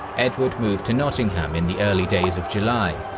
edward moved to nottingham in the early days of july,